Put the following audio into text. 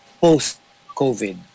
post-COVID